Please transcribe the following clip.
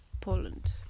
Poland